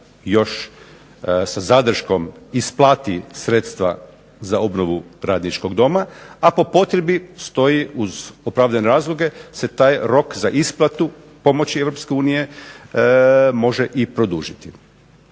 još sa zadrškom isplati sredstva za obnovu Radničkog doma, a po potrebi stoji uz opravdane razloge se taj rok za isplatu pomoći Europske unije može i produžiti.